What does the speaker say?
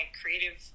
creative